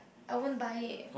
I won't buy it